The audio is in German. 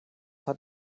hat